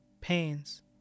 pains